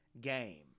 game